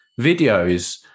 videos